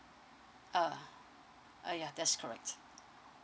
uh uh ya that's correct